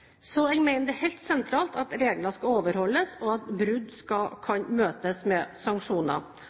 så jeg mener det er helt sentralt at regler skal overholdes, og at brudd skal kunne møtes